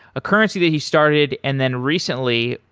a currency that he started and then recently,